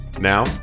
Now